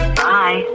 bye